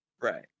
Right